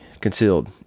concealed